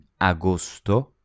agosto